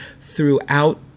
throughout